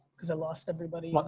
cause i lost everybody.